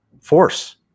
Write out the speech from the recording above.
force